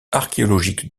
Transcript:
archéologique